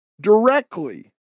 directly